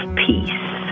peace